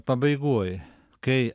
pabaigoj kai